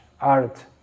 Art